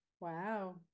Wow